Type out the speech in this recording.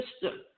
system